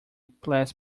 bless